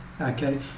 okay